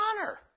honor